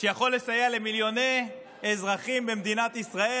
שיכול לסייע למיליוני אזרחים במדינת ישראל,